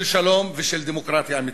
של שלום ושל דמוקרטיה אמיתית.